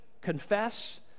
confess